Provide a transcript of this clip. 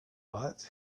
but